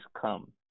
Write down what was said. come